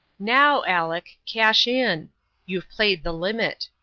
now, aleck, cash in you've played the limit.